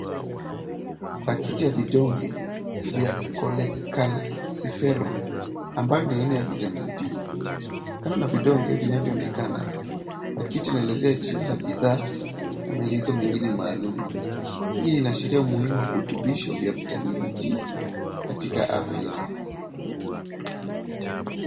Pakiti ya vidonge vya Colekalsiferol, ambayo ni aina ya vitamini D. Kando na vidonge vinavyoonekana, pakiti inaelezea jina la bidhaa na maelezo mengine maalum. Hii inaashiria umuhimu wa virutubisho vya vitamini D katika afya.